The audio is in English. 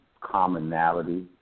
commonality